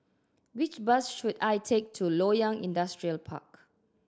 which bus should I take to Loyang Industrial Park